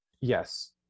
Yes